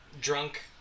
drunk